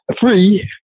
free